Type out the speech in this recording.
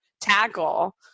tackle